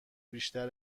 بیشتر